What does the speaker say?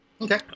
Okay